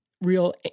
real